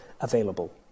available